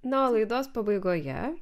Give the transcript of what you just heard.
na o laidos pabaigoje